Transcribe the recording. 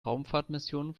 raumfahrtmissionen